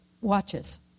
watches